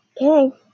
Okay